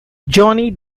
johnny